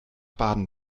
baden